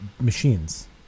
machines